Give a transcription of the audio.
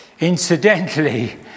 Incidentally